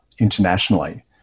Internationally